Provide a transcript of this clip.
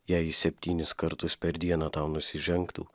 jei jis septynis kartus per dieną tau nusižengtų